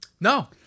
No